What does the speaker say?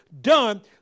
done